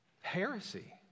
Heresy